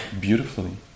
beautifully